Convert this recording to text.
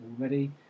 already